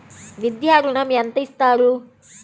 విద్యా ఋణం ఎంత ఇస్తారు?